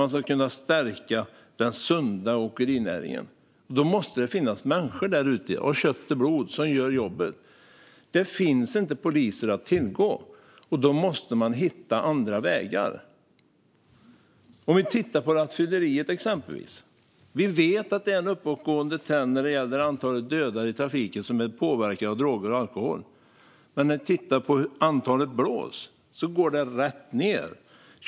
Man ska kunna stärka den sunda åkerinäringen. Då måste det finnas människor av kött och blod där ute som gör jobbet. Det finns inga poliser att tillgå, och då måste man hitta andra vägar. Se exempelvis på rattfylleriet! Vi vet att det är en uppåtgående trend när det gäller antalet dödade i trafiken som är påverkade av droger och alkohol. Men antalet blås går samtidigt rätt ned.